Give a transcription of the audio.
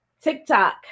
TikTok